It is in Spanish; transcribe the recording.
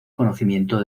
conocimiento